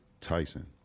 Tyson